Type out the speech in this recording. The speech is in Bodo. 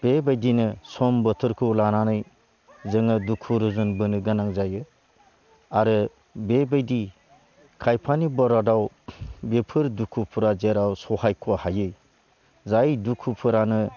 बेबायदिनो सम बोथोरखौ लानानै जोङो दुखु रुजुनबोनो गोनां जायो आरो बेबायदि खायफानि बरादाव बेफोर दुखुफोरा जेराव सहायख'हायै जाय दुखुफोरानो